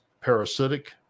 parasitic